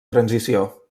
transició